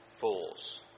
fools